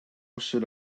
should